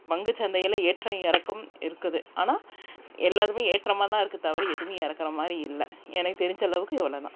பங்குச்சந்தையில் ஏற்றம் இறக்கம் இருக்குது ஆனால் எல்லாதுமே ஏற்றமாக தான் இருக்குது தவிர எதுவுமே இறக்கற மாதிரி இல்லை எனக்கு தெரிஞ்ச அளவுக்கு இவ்வளோ தான்